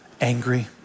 angry